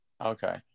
Okay